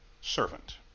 Servant